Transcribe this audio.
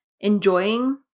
enjoying